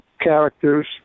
characters